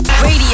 radio